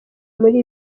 muri